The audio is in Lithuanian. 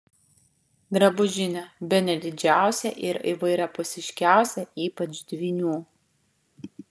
drabužinė bene didžiausia ir įvairiapusiškiausia ypač dvynių